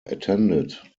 attended